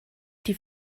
die